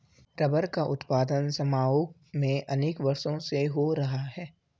rubber का उत्पादन Samoa में अनेक वर्षों से हो रहा है